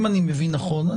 אם אני מבין נכון,